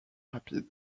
rapide